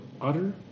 utter